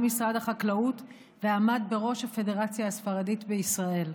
משרד החקלאות ועמד בראש הפדרציה הספרדית בישראל.